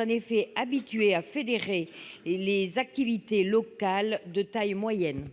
en effet habitués à fédérer des activités locales de taille moyenne.